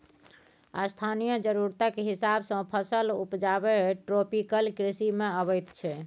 स्थानीय जरुरतक हिसाब सँ फसल उपजाएब ट्रोपिकल कृषि मे अबैत छै